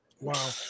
Wow